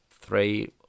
three